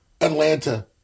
Atlanta